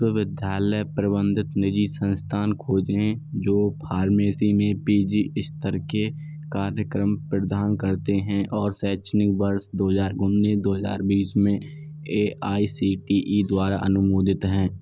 विश्वविद्यालय प्रबंधित निजी संस्थान खोजें जो फ़ार्मेसी में पी जी स्तर के कार्यक्रम प्रदान करते हैं और शैक्षणिक वर्ष दो हज़ार उन्नीस दो हज़ार बीस में A I C T E द्वारा अनुमोदित हैं